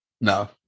No